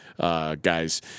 guys